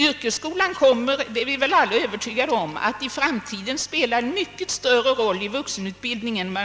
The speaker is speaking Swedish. Yrkesskolan kommer — det är vi väl alla övertygade om — att i framtiden spela en mycket större roll än den gör i dag vad beträffar vuxenutbildningen.